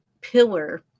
pillar